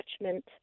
attachment